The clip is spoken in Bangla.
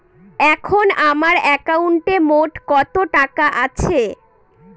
এখন আমার একাউন্টে মোট কত টাকা আছে?